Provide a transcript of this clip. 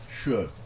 Sure